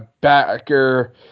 backer –